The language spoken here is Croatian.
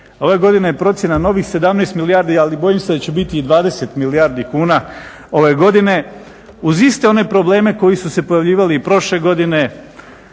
Ove godine je procjena novih 17 milijardi ali bojim se da će biti i 20 milijardi kuna ove godine uz iste one probleme koji su se pojavljivali i prošle godine.